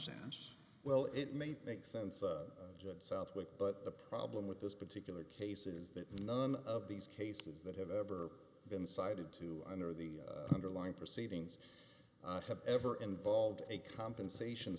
sense well it may make sense that southwick but the problem with this particular case is that none of these cases that have ever been cited to honor the underlying proceedings have ever involved a compensation